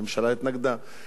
הממשלה התנגדה.